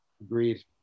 Agreed